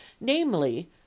namely